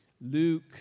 Luke